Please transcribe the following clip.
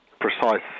precise